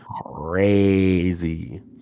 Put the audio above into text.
Crazy